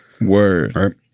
Word